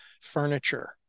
furniture